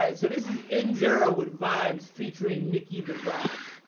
and so this is injera wood vibes featuring nicki the rock